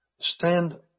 stand